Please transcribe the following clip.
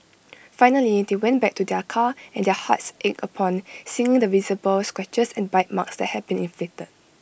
finally they went back to their car and their hearts ached upon seeing the visible scratches and bite marks that had been inflicted